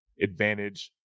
advantage